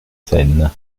seine